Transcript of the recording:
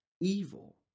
evil